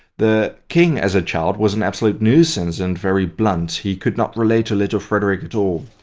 the king, as a child, was an absolute nuisance and very blunt. he could not relate to little frederick at all,